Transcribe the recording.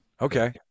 Okay